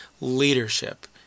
leadership